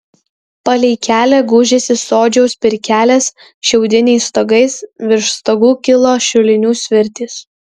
palei kelią gūžėsi sodžiaus pirkelės šiaudiniais stogais virš stogų kilo šulinių svirtys